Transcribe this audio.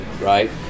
right